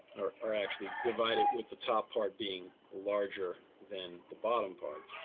or actually divide it with the top part being larger than the bottom part.